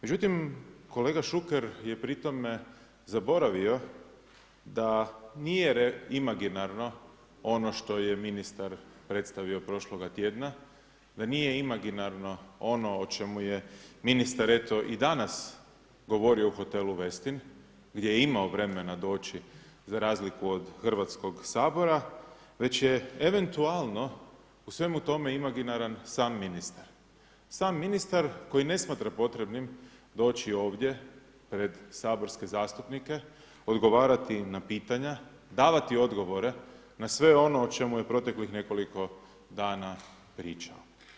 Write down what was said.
Međutim kolega Šuker je pri tome zaboravio da nije imaginarno ono što je ministar predstavio prošloga tjedna, da nije imaginarno ono o čemu je ministar eto i danas govorio u hotelu Westin, gdje je imao vremena doći za razliku od Hrvatskog sabora, već je eventualno u svemu tome imaginaran sam ministar, sam ministar koji ne smatra potrebnim doći ovdje pred saborske zastupnike odgovarati na pitanja, davati odgovore na sve ono o čemu je proteklih nekoliko dana pričao.